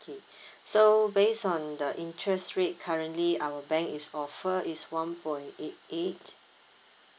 okay so based on the interest rate currently our bank is offer is one point eight eight